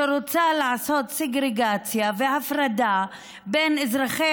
שרוצה לעשות סגרגציה והפרדה בין אזרחי